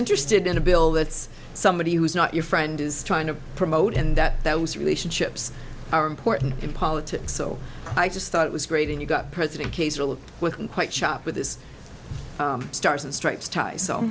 interested in a bill that's somebody who is not your friend is trying to promote and that that was relationships are important in politics so i just thought it was great and you got president case with quite shop with this stars and stripes